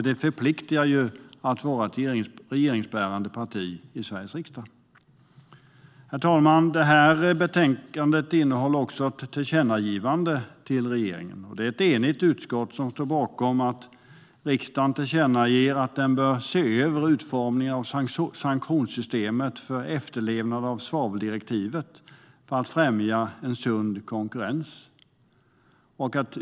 Det förpliktar ju att vara ett regeringsbärande parti i Sveriges riksdag. Herr talman! Betänkandet innehåller också ett tillkännagivande till regeringen. Det är ett enigt utskott som står bakom att riksdagen tillkännager för regeringen att den bör se över utformningen av sanktionssystemet för efterlevnad av svaveldirektivet för att främja en sund konkurrens.